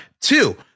two